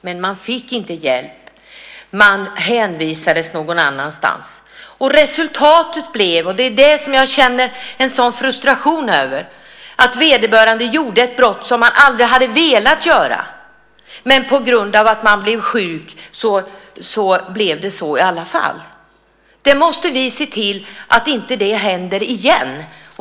Men personen fick ingen hjälp utan hänvisades någon annanstans. Resultatet blev - och det känner jag stor frustration över - att vederbörande begick ett brott som han aldrig hade velat begå, men på grund av att han blev sjuk blev det så i alla fall. Vi måste se till att sådant inte händer igen.